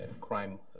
crime